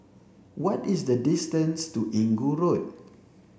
what is the distance to Inggu Road